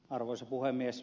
arvoisa puhemies